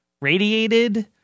radiated